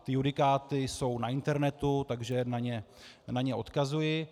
Ty judikáty jsou na internetu, takže na ně odkazuji.